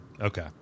Okay